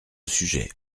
sujet